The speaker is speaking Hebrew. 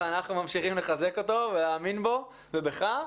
ואנחנו ממשיכים לחזק אותו ולהאמין בו ובך.